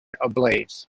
ablaze